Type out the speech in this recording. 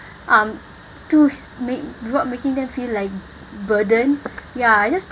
um too make without making them feel like burden ya I just think